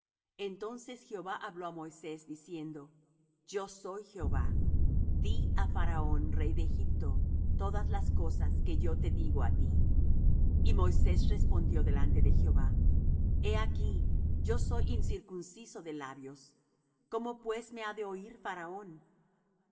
entonces jehová habló á moisés diciendo yo soy jehova di á faraón rey de egipto todas las cosas que yo te digo á ti y moisés respondió delante de jehová he aquí yo soy incircunciso de labios cómo pues me ha de oír faraón